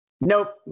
Nope